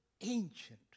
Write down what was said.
ancient